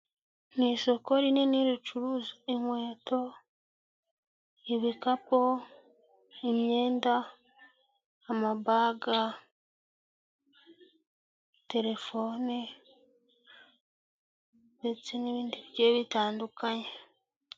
Ni isoko rinini ricuruza: inkweto, ibikapu, imyenda, amabaga, telefone, ndetse n'ibindi bigiye bitandukanye.